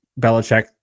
Belichick